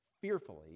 fearfully